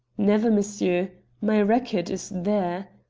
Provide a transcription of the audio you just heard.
never, monsieur. my record is there.